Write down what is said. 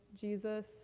Jesus